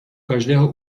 každého